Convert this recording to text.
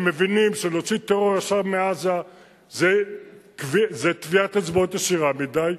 הם מבינים שלהוציא טרור ישר מעזה זה טביעת אצבעות ישירה מדי.